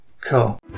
Cool